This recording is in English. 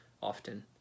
often